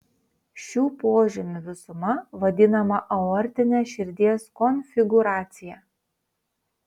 šių požymių visuma vadinama aortine širdies konfigūracija